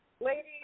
Ladies